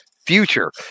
future